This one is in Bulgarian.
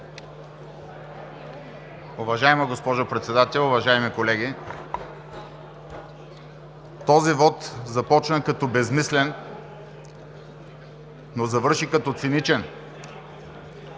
Уважаема госпожо Председател, уважаеми колеги! Този вот започна като безсмислен, но завърши като циничен,